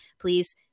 please